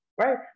right